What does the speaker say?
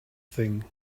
thing